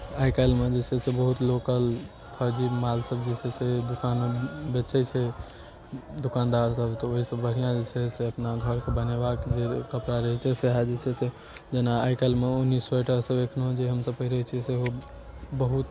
आइ काल्हिमे जे छै से बहुत लोकल फर्जी माल सभ जे छै से दोकानमे बेचै छै दोकानदारसभ तऽ ओहिसँ बढ़िआँ जे छै से अपना घरके बनेबाक जे कपड़ा रहै छै सएह जे छै से जेना आइ काल्हिमे ऊनी स्वेटरसभ एखनहु जे हम सभ पहिरैत छी सेहो बहुत